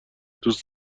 دوست